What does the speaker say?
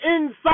inside